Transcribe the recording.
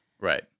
Right